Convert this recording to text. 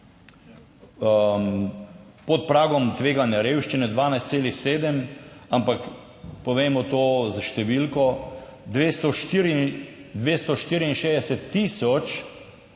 pod pragom tveganja revščine 12,7, ampak povejmo to številko, 264 tisoč,